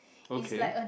okay